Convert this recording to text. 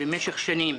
שבמשך שנים,